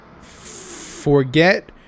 Forget